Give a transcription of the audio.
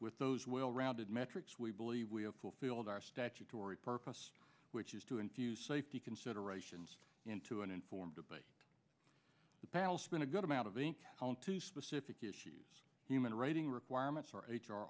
with those well rounded metrics we believe we have fulfilled our statutory purpose which is to infuse safety considerations into an informed debate the panel spent a good amount of ink on two specific issues human writing requirements are h r are